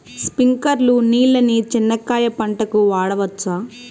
స్ప్రింక్లర్లు నీళ్ళని చెనక్కాయ పంట కు వాడవచ్చా?